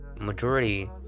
majority